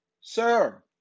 sir